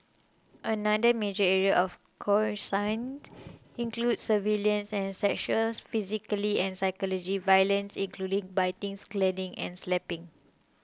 another major area of coercion included surveillance and sexual physically and psychology violence including biting scalding and slapping